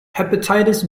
hepatitis